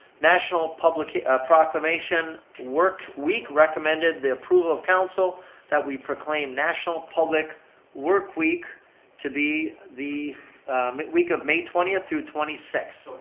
national public proclamation work week recommended the approval of council that we proclaim national public work week to be the week of may twentieth through twenty sixth.